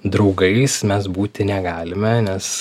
draugais mes būti negalime nes